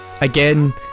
Again